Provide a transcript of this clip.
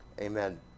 Amen